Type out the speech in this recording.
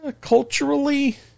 culturally